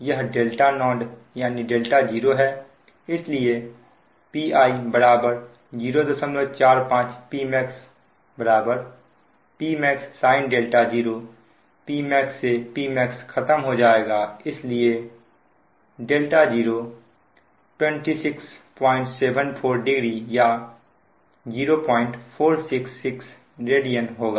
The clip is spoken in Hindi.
यह 0 है इसलिए Pi 045 Pmax Pmax sin 0 Pmaxसे Pmax खत्म हो जाएगा इसलिए 0 26740 या 0466 रेडियन होगा